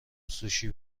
سوشی